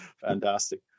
fantastic